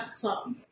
Club